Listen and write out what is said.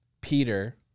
Peter